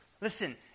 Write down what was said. Listen